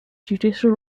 judicial